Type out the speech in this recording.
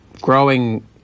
growing